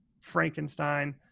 Frankenstein